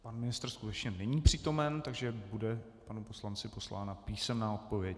Pan ministr skutečně není přítomen, takže bude panu poslanci poslána písemná odpověď.